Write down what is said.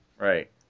Right